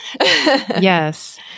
Yes